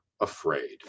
afraid